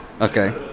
Okay